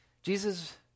Jesus